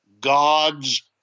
God's